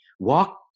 Walk